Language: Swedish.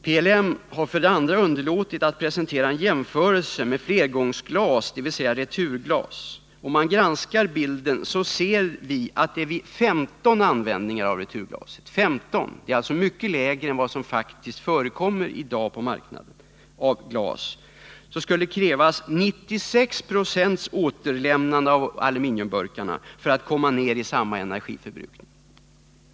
PLM har vidare underlåtit att presentera en jämförelse med flergångsglas, dvs. returglas. Om man granskar bilden ser vi att det vid 15 användningar av returglas — alltså färre användningar än vad som i dag faktiskt förekommer — skulle kräva 96 procents återlämnande av aluminiumburkarna för att komma ned i samma energiförbrukning.